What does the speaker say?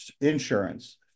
insurance